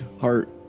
heart